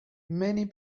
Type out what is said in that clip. many